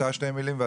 שתי מילים.